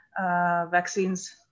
vaccines